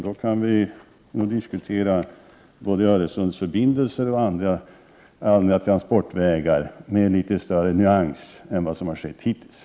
Vi kan då diskutera både Öresundsförbindelser och andra transportvägar med litet större nyans än vad som har skett hittills.